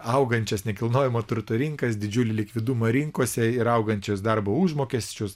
augančias nekilnojamo turto rinkas didžiulį likvidumą rinkose ir augančius darbo užmokesčius